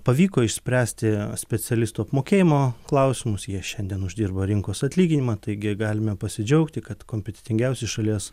pavyko išspręsti specialistų apmokėjimo klausimus jie šiandien uždirba rinkos atlyginimą taigi galime pasidžiaugti kad kompetentingiausi šalies